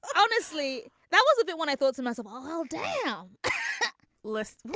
honestly that was a big one i thought to myself um whole damn list